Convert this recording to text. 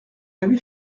avait